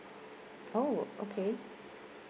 oh okay